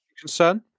concern